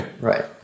right